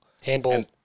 Handball